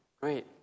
great